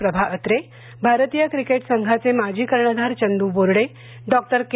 प्रभा अत्रे भारतीय क्रिकेट संघाचे माजी कर्णधार चंदू बोर्डे डॉके